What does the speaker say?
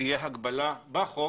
תהיה הגבלה בחוק